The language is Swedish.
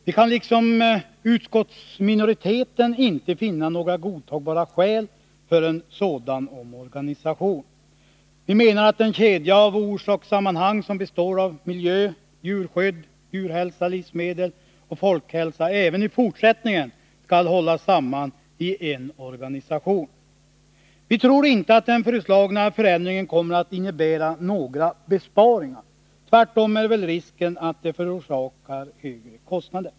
Vi kan liksom utskottsminoriteten inte finna några godtagbara skäl för en sådan omorganisation. Vi menar att den kedja av orsakssammanhang som består av miljö, djurskydd, djurhälsa, livsmedel och folkhälsa även i fortsättningen skall beaktas och att verksamheten skall vara samlad i en organisation. Vi tror inte att den föreslagna förändringen kommer att innebära några besparingar. Tvärtom är väl risken att den förorsakar högre kostnader.